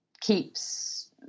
keeps